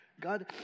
God